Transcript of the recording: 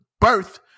birth